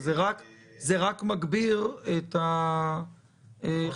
זה רק מגביר את החשיבות.